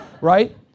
right